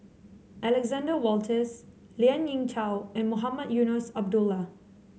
Alexander Wolters Lien Ying Chow and Mohamed Eunos Abdullah